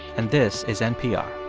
and this is npr